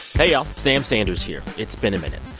hey, y'all. sam sanders here. it's been a minute.